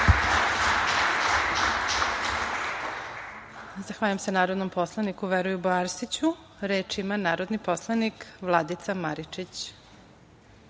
Zahvaljujem se narodnom poslaniku Veroljubu Arsiću. Reč ima narodni poslanik Vladica Maričić.